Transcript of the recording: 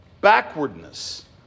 backwardness